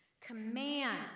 command